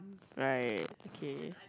right okay